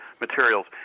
materials